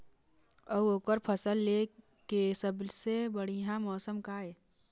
अऊ ओकर फसल लेय के सबसे बढ़िया मौसम का ये?